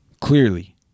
clearly